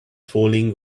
falling